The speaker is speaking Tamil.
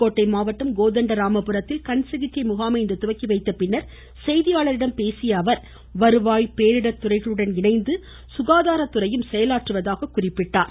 புதுக்கோட்டை மாவட்டம் கோதண்டராமபுரத்தில் கண்சிகிச்சை முகாமை இன்று துவக்கி வைத்த பின்னர் செய்தியாளர்களிடம் பேசிய அவர் வருவாய் பேரிடர் துறைகளுடன் இணைந்து சுகாதாரத்துறையும் செயலாற்றுவதாக குறிப்பிட்டார்